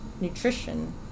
nutrition